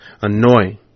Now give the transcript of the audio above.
Annoying